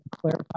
clarify